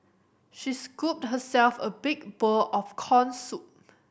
she scooped herself a big bowl of corn soup